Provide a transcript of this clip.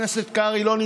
מכך שנראה לי